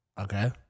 Okay